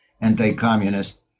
anti-communist